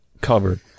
cover